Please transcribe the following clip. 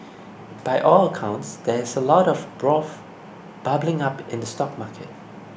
by all accounts there is a lot of bubbling up in the stock market